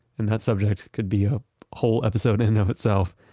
and that subject could be a whole episode end of itself,